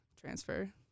transfer